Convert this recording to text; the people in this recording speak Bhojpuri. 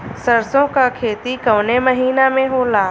सरसों का खेती कवने महीना में होला?